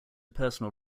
personal